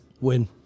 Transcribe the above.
Win